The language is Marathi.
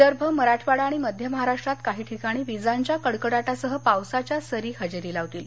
विदर्भ मराठवाडा आणि मध्य महाराष्ट्रात काही ठिकाणी विजांच्या कडकडाटासह पावसाध्या सरी हजेरी लावतील